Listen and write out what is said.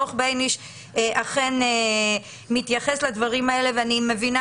דוח בייניש אכן מתייחס לדברים האלה ואני מבינה